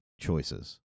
choices